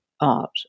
art